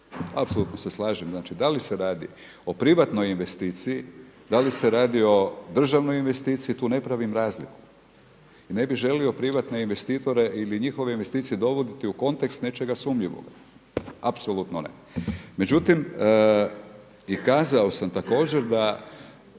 Apsolutno se slažem, znači da li se radi o privatnoj investiciji, da li se radi o držanoj investiciji, tu ne pravim razliku. I ne bih želio privatne investitore ili njihove investicije dovoditi u kontekst nečega sumnjivoga, apsolutno ne. Međutim i kazao sam također da